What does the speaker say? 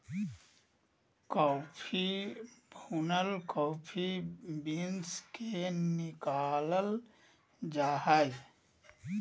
coffee भुनल coffee beans से निकालल जा हइ